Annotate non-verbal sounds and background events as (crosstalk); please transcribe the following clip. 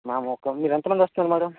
(unintelligible) మీరెంతమంది వస్తారు మ్యాడమ్